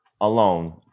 alone